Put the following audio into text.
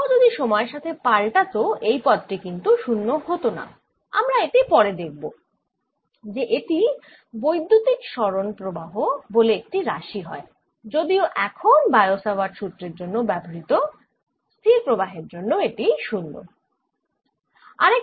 প্রবাহ যদি সময়ের সাথে পাল্টাত এই পদ টি কিন্তু 0 হত না আমরা এটি পরে দেখব যে এটি বৈদ্যুতিক সরণ প্রবাহ বলে একটি রাশি হয় যদিও এখন বায়ো স্যাভার্ট সুত্রের জন্য ব্যবহৃত স্থির প্রবাহের জন্য এটি 0